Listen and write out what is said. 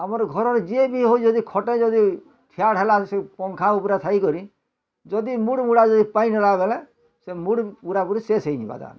ଆମର୍ ଘରର୍ ଯିଏ ବି ହୋଉ ଖଟେ ଯଦି ଫ୍ୟାଡ଼୍ ହେଲା ସେ ପଙ୍ଖା ଉପରେ ଥାଇକିରି ଯଦି ମୁଡ଼୍ ମୁଡ଼ା ପାଇନେଲା ଗଲେ ମୁଡ଼୍ ମୁଡ଼ା ପୁରା ପୁରି ଶେଷ ହୋଇଯିବା ତାହାନେ